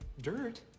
dirt